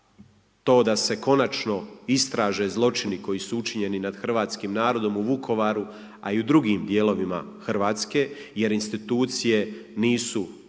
to da se konačno istraže zločini koji su učinjeni nad hrvatskim narodom u Vukovaru a i u drugim dijelovima Hrvatske jer institucije nisu